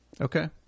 Okay